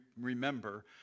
remember